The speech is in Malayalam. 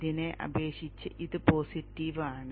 ഇതിനെ അപേക്ഷിച്ച് ഇത് പോസിറ്റീവ് ആണ്